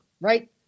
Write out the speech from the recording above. Right